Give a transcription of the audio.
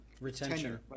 Retention